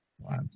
Wow